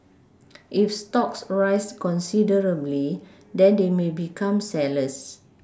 if stocks rise considerably then they may become sellers